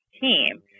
team